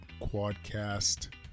quadcast